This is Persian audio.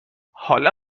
حالا